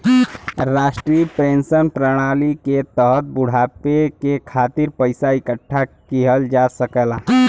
राष्ट्रीय पेंशन प्रणाली के तहत बुढ़ापे के खातिर पइसा इकठ्ठा किहल जा सकला